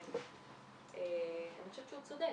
אני חושבת שהוא צודק.